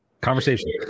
conversation